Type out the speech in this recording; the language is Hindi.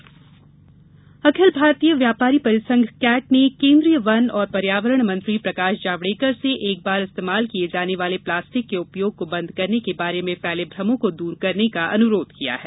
प्लास्टिक भ्रम अखिल भारतीय व्यापारी परिसंघ कैट ने केन्द्रीय वन और पर्यावरण मंत्री प्रकाश जावेडकर से एक बार इस्तेमाल किये जाने वाले प्लास्टिक के उपयोग को बंद करने के बारे में फैले भ्रमों को दूर करने का अनुरोध किया है